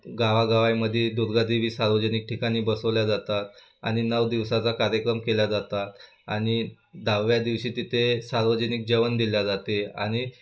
गावागावांमध्ये दुर्गादेवी सार्वजनिक ठिकाणी बसवल्या जातात आणि नऊ दिवसाचा कार्यक्रम केल्या जातात आणि दहाव्या दिवशी तिथे सार्वजनिक जेवण दिल्या जाते आणि